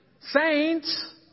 saints